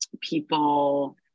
people